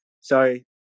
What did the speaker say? sorry